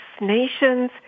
nations